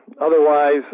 otherwise